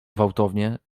gwałtownie